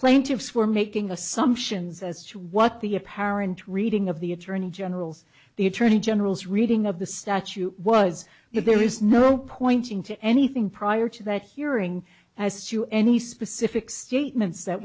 plaintiffs were making assumptions as to what the apparent reading of the attorney general's the attorney general's reading of the statute was but there is no pointing to anything prior to that hearing as you any specific statements that